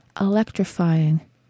electrifying